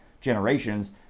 generations